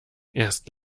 erst